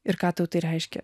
ir ką tau tai reiškia